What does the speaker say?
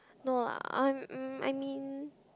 no ah I'm mm I mean